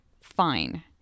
fine